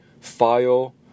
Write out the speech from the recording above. file